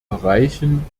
erreichen